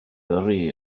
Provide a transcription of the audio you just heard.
gyrru